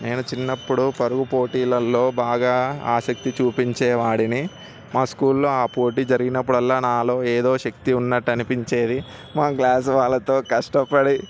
నేను చిన్నప్పుడు పరువు పోటీలలో బాగా ఆసక్తి చూపించేవాడిని మా స్కూల్లో ఆ పోటీలు జరిగినప్పుడల్లా నాలో ఏదో శక్తి ఉన్నట్టు అనిపించేది మా క్లాస్ వాళ్ళతో కష్టపడి